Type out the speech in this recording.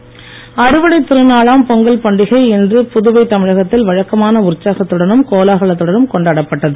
பொங்கல் அறுவடைத் திருநாளாம் பொங்கல் பண்டிகை இன்று புதுவை தமிழகத்தில் வழக்கமான உற்சாகத்துடனும் கோலாகலத்துடனும் கொண்டாடப்பட்டது